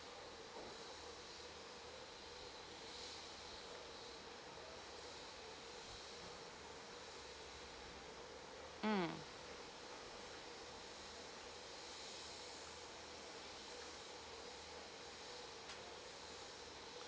mm